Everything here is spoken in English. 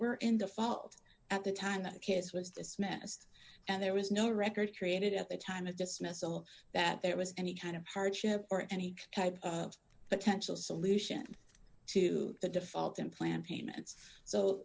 were in the fault at the time that kids was dismissed and there was no record created at the time of dismissal that there was any kind of hardship or any type of potential solution to the default unplanned payments so